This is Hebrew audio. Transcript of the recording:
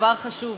דבר חשוב,